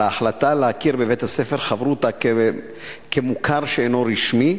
ההחלטה להכיר בבית-הספר "חברותא" כמוכר שאינו רשמי,